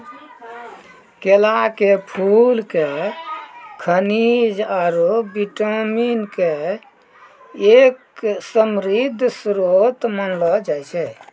केला के फूल क खनिज आरो विटामिन के एक समृद्ध श्रोत मानलो जाय छै